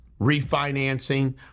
refinancing